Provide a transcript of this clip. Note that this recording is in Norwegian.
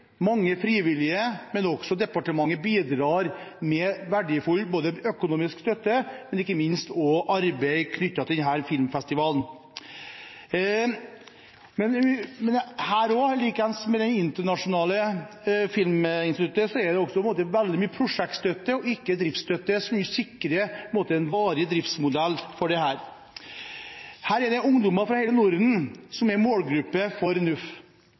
mange frivillige, men også departementet bidrar med verdifull støtte, både økonomisk og ikke minst i form av arbeid knyttet til denne filmfestivalen. I likhet med Internasjonalt Samisk Filminstitutt, er det også der veldig mye prosjektstøtte – ikke driftsstøtte – som sikrer en varig driftsmodell for dette. Det er ungdom fra hele Norden som er målgruppen for